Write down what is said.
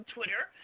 Twitter –